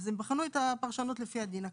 אז הם בחנו את הפרשנות לפי הדין הקיים.